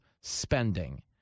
spending